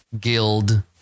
guild